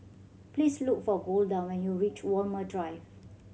please look for Golda when you reach Walmer Drive